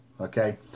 okay